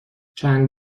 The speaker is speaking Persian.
چند